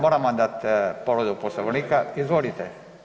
Moram vam dat povredu Poslovnika, izvolite.